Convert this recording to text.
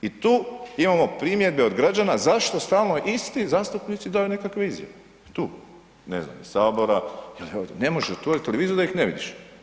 I tu imamo primjedbe od građana zašto stalni isti zastupnici daju nekakve izjave, tu ne iz sabora, ne možeš otvoriti televiziju da ih ne vidiš.